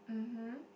mmhmm